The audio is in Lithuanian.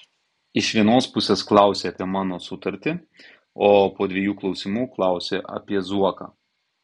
iš vienos pusės klausi apie mano sutartį o po dviejų klausimų klausi apie zuoką